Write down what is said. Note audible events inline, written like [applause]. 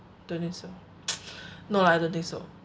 don't think so [noise] no lah don't think so